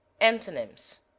antonyms